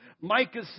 Micah